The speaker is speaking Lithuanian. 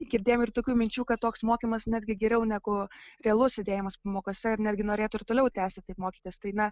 girdėjom ir tokių minčių kad toks mokymas netgi geriau negu realus sėdėjimas pamokose ar netgi norėtų ir toliau tęsti taip mokytis tai na